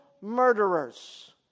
murderers